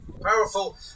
powerful